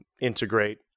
integrate